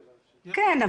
כן,